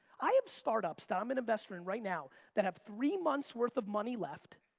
i have startups that i'm an investor in right now that have three months' worth of money left,